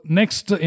next